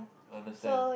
understand